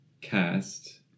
cast